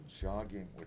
jogging